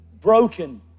Broken